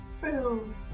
Boom